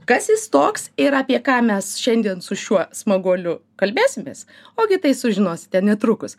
kas jis toks ir apie ką mes šiandien su šiuo smaguoliu kalbėsimės ogi tai sužinosite netrukus